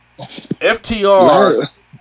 FTR